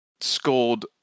scored